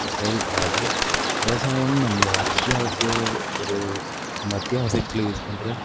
செயல்படாது விவசாயம் நம்ம அத்தியாவசிய ஒரு நம்ம அத்தியாவசியத்தில் யூஸ் பண்ணுறது